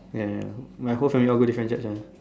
ya my whole family all go different Church one